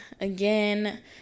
again